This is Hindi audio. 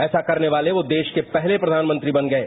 ऐसा करने वाले वो देश के पहले प्रधानमंत्री बन गये